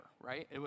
right